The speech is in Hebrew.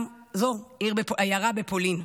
גם זו עיירה בפולין,